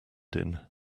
din